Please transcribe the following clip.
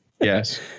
Yes